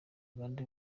uganda